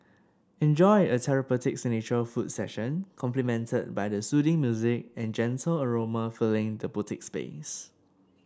enjoy a therapeutic signature foot session complimented by the soothing music and gentle aroma filling the boutique space